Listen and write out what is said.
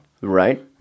Right